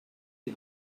die